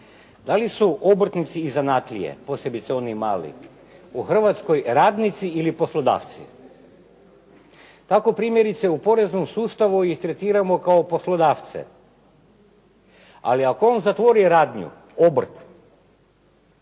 Da li su obrtnici i zanatlije, posebice oni mali, u Hrvatskoj radnici ili poslodavci? Tako primjerice u poreznom sustavu ih tretiramo kao poslodavce, ali ako on zatvori radnju, obrt